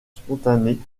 spontanée